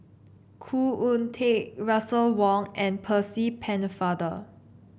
Khoo Oon Teik Russel Wong and Percy Pennefather